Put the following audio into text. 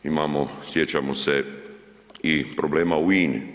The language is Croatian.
Imamo, sjećamo se i problema u INA-i.